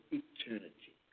eternity